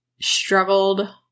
struggled